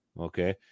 okay